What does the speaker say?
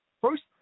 first